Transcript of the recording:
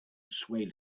swayed